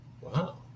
Wow